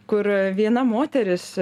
kur viena moteris